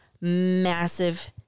massive